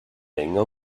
länger